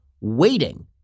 waiting